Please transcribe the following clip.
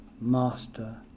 master